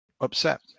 upset